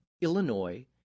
Illinois